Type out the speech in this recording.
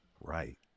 Right